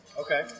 okay